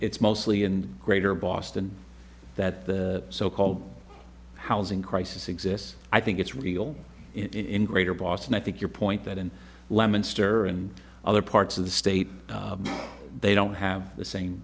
it's mostly in greater boston that the so called housing crisis exists i think it's real in greater boston i think your point that in lemon stirrer and other parts of the state they don't have the same